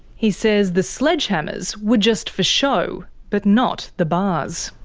he says the sledgehammers were just for show, but not the bars.